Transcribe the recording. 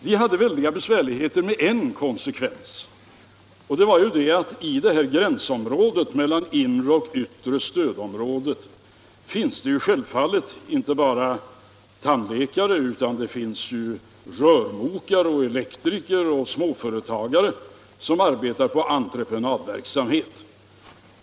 Vi hade väldiga besvärligheter med en konsekvens, nämligen att det i gränstrakterna mellan det inre och det yttre stödområdet finns inte bara tandläkare utan även rörmokare, elektriker och småföretagare som arbetar med entreprenadverksamhet.